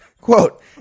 Quote